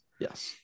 Yes